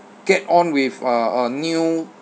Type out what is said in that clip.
get on with uh uh new